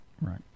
Right